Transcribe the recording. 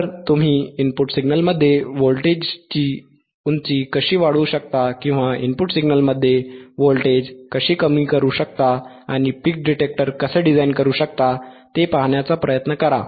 तर तुम्ही इनपुट सिग्नलमध्ये व्होल्टेजची उंची कशी वाढवू शकता किंवा इनपुट सिग्नलमध्ये व्होल्टेज कशी कमी करू शकता आणि पीक डिटेक्टर कसे डिझाइन करू शकता ते पाहण्याचा प्रयत्न करा